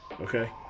Okay